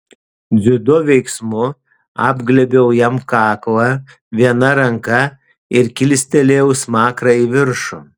dziudo veiksmu apglėbiau jam kaklą viena ranka ir kilstelėjau smakrą į viršų